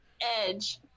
Edge